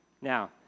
Now